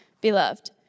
Beloved